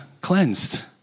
cleansed